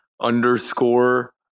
underscore